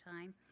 time